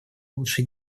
лучше